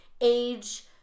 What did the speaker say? age